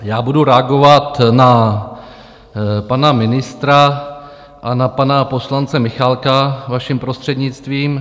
Já budu reagovat na pana ministra a na pana poslance Michálka, vaším prostřednictvím.